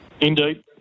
Indeed